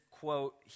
quote